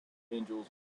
angels